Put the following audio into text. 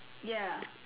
ya